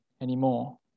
anymore